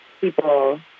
people